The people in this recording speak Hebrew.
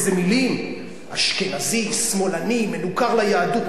איזה מלים: אשכנזי, שמאלני, מנוכר ליהדות.